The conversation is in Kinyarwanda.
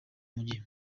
mijyi